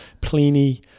Pliny